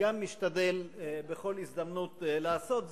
משתדל בכל הזדמנות לעשות זאת,